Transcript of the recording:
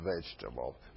vegetable